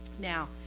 Now